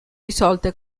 risolte